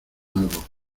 nuevo